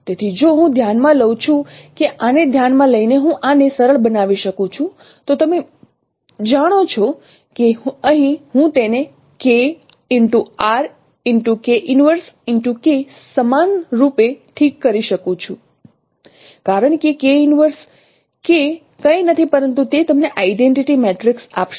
તેથી જો હું ધ્યાન માં લઉં છું કે આને ધ્યાન માં લઈને હું આને સરળ બનાવી શકું છું તો તમે જાણો છો કે અહીં હું તેને સમાનરૂપે ઠીક કરી શકું છું કારણ કે કંઈ નથી પરંતુ તે તમને આઇડેન્ટિટી મેટ્રિક્સ આપશે